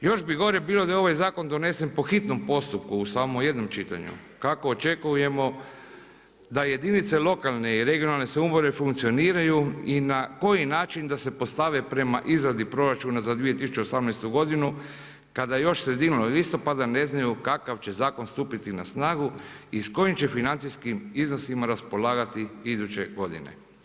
Još bi gore bilo da je ovaj zakon donesen po hitnom postupku u samo jednom čitanju kako očekujemo da jedinice lokalne i regionalne samouprave funkcioniraju i na koji način da se postave prema izradi proračuna za 2018. godinu kada još sredinom listopada ne znaju kakav će zakon stupiti na snagu i s kojim će financijskim iznosima raspolagati iduće godine.